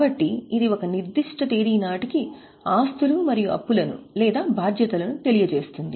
కాబట్టి ఇది ఒక నిర్దిష్ట తేదీ నాటికి ఆస్తులు మరియు అప్పులను లేదా బాధ్యతలను తెలియజేస్తుంది